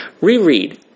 Reread